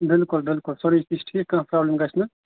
بِلکُل بِلکُل سورُے کیٚنٛہہ چھُ ٹھیٖک کانٛہہ پرٛابلِم گژھِ نہٕ